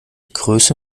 größe